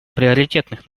приоритетных